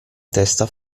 testa